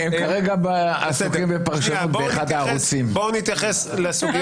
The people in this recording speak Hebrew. גם בערכאות הנמוכות השופטים שיושבים יהיו שופטים